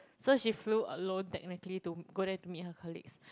so she flew alone technically to go there to meet her colleagues